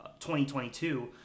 2022